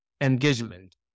engagement